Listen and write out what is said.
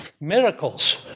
miracles